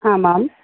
आमाम्